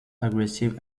aggressive